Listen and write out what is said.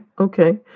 okay